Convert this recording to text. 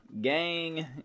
Gang